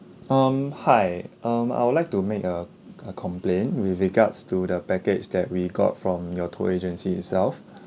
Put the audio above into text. um hi um I would like to make a a complaint with regards to the package that we got from your tour agency itself